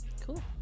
Cool